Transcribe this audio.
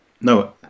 No